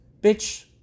Bitch